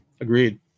agreed